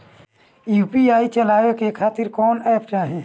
UPI चलवाए के खातिर कौन एप चाहीं?